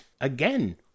Again